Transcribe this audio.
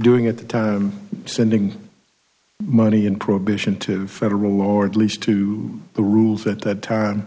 doing at the time sending money in prohibition to federal law or at least to the rules at that time